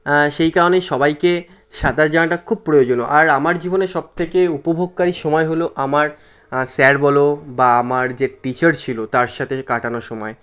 সেই কারণেই সবাইকে সাঁতার জানাটা খুব প্রয়োজনীয় আর আমার জীবনে সব থেকে উপভোগকারী সময় হল আমার স্যার বলো বা আমার যে টিচার ছিলো তার সাথে কাটানো সময়